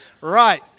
Right